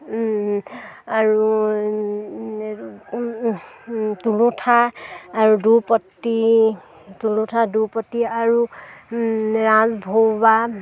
আৰু তুলঠা আৰু দুপতি তুলঠা দুপতি আৰু ৰাজ ভৰোৱা